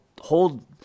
hold